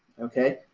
ok.